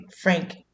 Frank